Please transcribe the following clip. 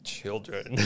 Children